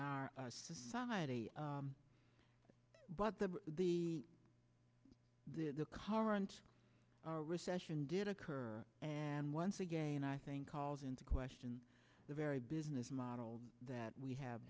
our society but the the the current recession did occur and once again i think calls into question the very business model that we have